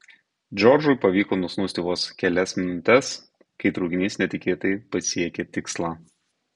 džordžui pavyko nusnūsti vos kelias minutes kai traukinys netikėtai pasiekė tikslą